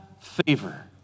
favor